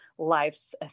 life's